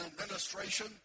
administration